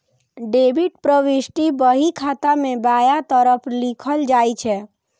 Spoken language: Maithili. डेबिट प्रवृष्टि बही खाता मे बायां तरफ लिखल जाइ छै